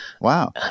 Wow